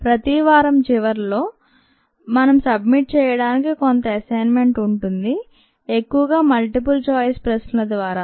ప్రతివారం చివరల్లో మనం సబ్మిట్ చేయడానికి కొంత అసైన్ మెంట్ ఉంటుంది ఎక్కువగా మల్టిపుల్ ఛాయిస్ ప్రశ్నల ద్వారా